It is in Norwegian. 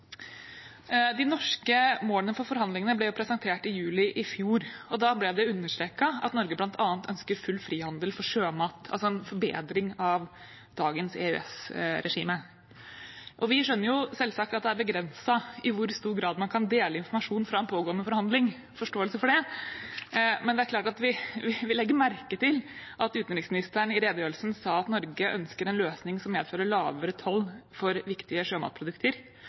De norske målene for forhandlingene ble presentert i juli i fjor, og da ble det understreket at Norge bl.a. ønsker full frihandel for sjømat, altså en forbedring av dagens EØS-regime. Vi skjønner selvsagt at det er begrenset i hvor stor grad man kan dele informasjon fra en pågående forhandling, vi har forståelse for det, men det er klart at vi legger merke til at utenriksministeren i redegjørelsen sa at Norge ønsker en løsning som medfører lavere toll for viktige sjømatprodukter,